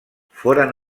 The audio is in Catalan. foren